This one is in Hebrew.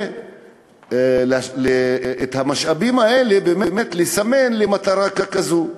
ואת המשאבים האלה באמת לסמן למטרה כזו.